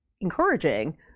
encouraging